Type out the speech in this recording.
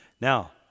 Now